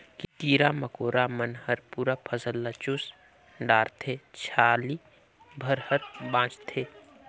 कीरा मकोरा मन हर पूरा फसल ल चुस डारथे छाली भर हर बाचथे